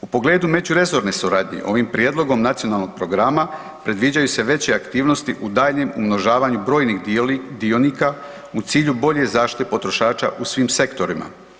U pogledu međuresorne suradnje ovim prijedlogom nacionalnog programa predviđaju se veće aktivnosti u daljnjem umnožavanju brojnih dionika u cilju bolje zaštite potrošača u svim sektorima.